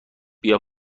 بیا